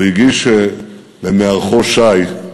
הוא הגיש למארחו שי,